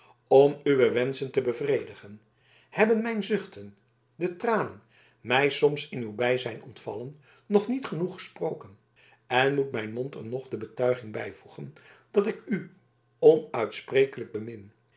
om uwe wenschen te bevredigen hebben mijn zuchten de tranen mij soms in uw bijzijn ontvallen nog niet genoeg gesproken en moet mijn mond er nog de betuiging bijvoegen dat ik u onuitsprekelijk bemin